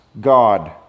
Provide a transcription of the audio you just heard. God